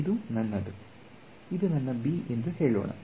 ಇದು ನನ್ನದು ಇದು ನನ್ನ b ಎಂದು ಹೇಳೋಣ